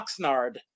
Oxnard